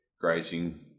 grazing